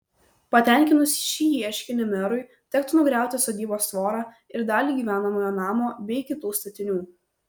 patenkinus šį ieškinį merui tektų nugriauti sodybos tvorą ir dalį gyvenamojo namo bei kitų statinių